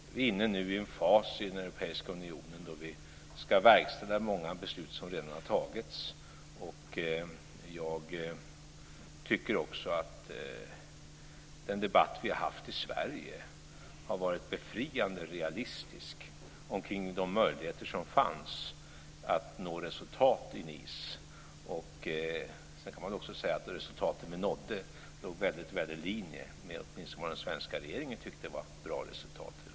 Vi är inne i en fas i den europeiska unionen då vi ska verkställa många beslut som redan har tagits. Jag tycker att den debatt vi har haft i Sverige har varit befriande realistisk kring de möjligheter som fanns att nå resultat i Nice. Man kan ju säga att de resultat vi nådde låg väl i linje med vad åtminstone den svenska regeringen tyckte var bra resultat.